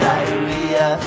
Diarrhea